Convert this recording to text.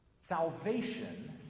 Salvation